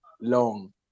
long